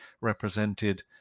represented